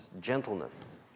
gentleness